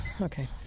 Okay